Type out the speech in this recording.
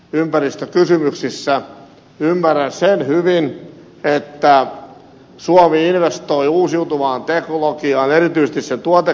ymmärrän sen hyvin että suomi investoi uusiutuvaan teknologiaan erityisesti sen tuotekehitykseen